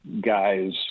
guys